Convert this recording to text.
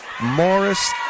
Morris